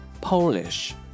Polish